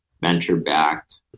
venture-backed